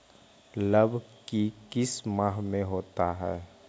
लव की किस माह में होता है?